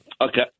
Okay